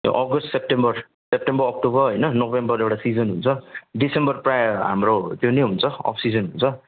यो अगस्त September September October होइन नोभेम्बर एउटा सिजन हुन्छ दिसम्बर प्रायः हाम्रो त्यो नै हुन्छ अफ् सिजन हुन्छ